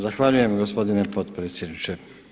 Zahvaljujem gospodine potpredsjedniče.